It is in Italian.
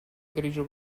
grigio